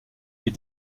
est